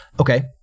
Okay